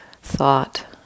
thought